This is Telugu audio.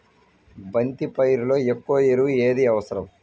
బంతి పైరులో ఎక్కువ ఎరువు ఏది అవసరం?